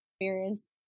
experience